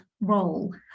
role